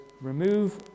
remove